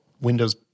Windows